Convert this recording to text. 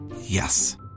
Yes